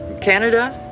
Canada